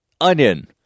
Onion